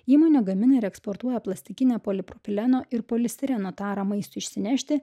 įmonė gamina ir eksportuoja plastikinę polipropileno ir polistireno tara maisto išsinešti